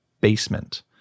basement